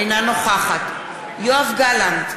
אינה נוכחת יואב גלנט,